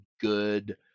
good